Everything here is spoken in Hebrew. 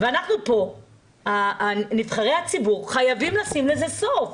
ואנחנו פה, נבחרי הציבור, חייבים לשים לזה סוף.